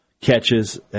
catches